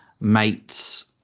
mates